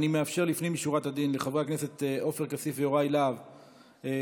אני מאפשר לפנים משורת הדין לחברי הכנסת עופר כסיף ויוראי להב לדבר.